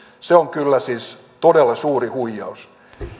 on kyllä todella suuri huijaus